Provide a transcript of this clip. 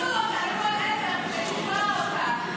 ופיצלו לו אותה לכל עבר כדי לתקוע אותה.